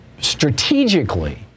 strategically